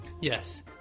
Yes